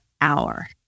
hour